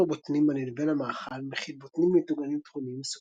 רוטב הבוטנים הנילווה למאכל מכיל בוטנים מטוגנים טחונים,